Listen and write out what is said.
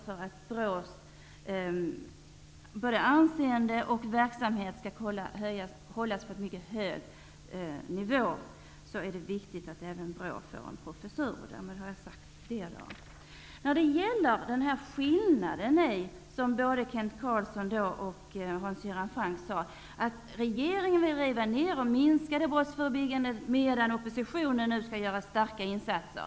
För att BRÅ:s anseende och verksamhet skall kunna hållas på en hög nivå är det viktigt att även BRÅ får en professur. Därmed har jag sagt det. Både Kent Carlsson och Hans Göran Franck sade att det finns en skillnad, nämligen att regeringen vill riva ner och minska det brottsförebyggande arbetet medan oppositionen vill göra starka insatser.